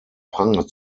pranger